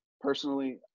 personally